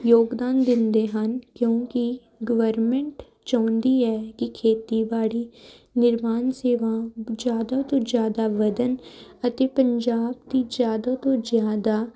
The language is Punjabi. ਯੋਗਦਾਨ ਦਿੰਦੇ ਹਨ ਕਿਉਂਕਿ ਗਵਰਮੈਂਟ ਚਾਹੁੰਦੀ ਹੈ ਕਿ ਖੇਤੀਬਾੜੀ ਨਿਰਮਾਨ ਸੇਵਾ ਜ਼ਿਆਦਾ ਤੋਂ ਜ਼ਿਆਦਾ ਵਧਣ ਅਤੇ ਪੰਜਾਬ ਦੀ ਜ਼ਿਆਦਾ ਤੋਂ ਜ਼ਿਆਦਾ